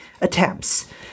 attempts